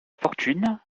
fortune